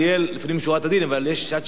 אבל יש שעת שאלות ותשובות לשר,